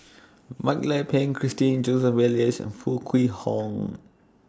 Mak Lai Peng Christine Joseph Elias and Foo Kwee Horng